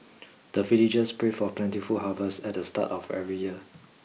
the villagers pray for plentiful harvest at the start of every year